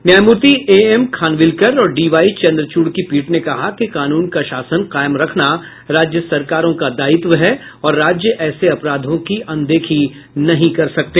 न्यायमूर्ति A M Khanwilkar और DY Chandrachud की पीठ ने कहा कि कानून का शासन कायम रखना राज्य सरकारों का दायित्व है और राज्य ऐसे अपराधों की अनदेखी नहीं कर सकते